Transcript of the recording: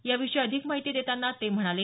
याविषयी अधिक माहिती देतांना ते म्हणाले